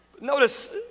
Notice